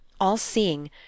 all-seeing